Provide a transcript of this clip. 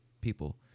people